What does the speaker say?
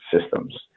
systems